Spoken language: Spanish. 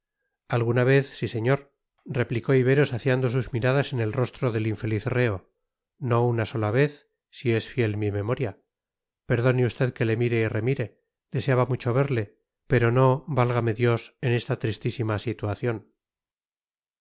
alguna vez sí señor replicó ibero saciando sus miradas en el rostro del infeliz reo no una sola vez si es fiel mi memoria perdone usted que le mire y le remire deseaba mucho verle pero no válgame dios en esta tristísima situación